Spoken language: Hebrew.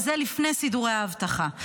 וזה לפני סידורי האבטחה.